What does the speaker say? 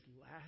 last